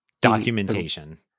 Documentation